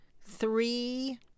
three